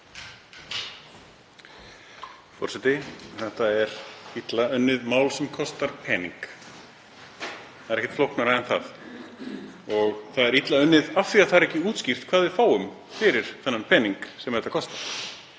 Þetta er illa unnið mál sem kostar pening. Það er ekkert flóknara en það. Það er illa unnið af því að það er ekki útskýrt hvað við fáum fyrir þann pening sem þetta kostar.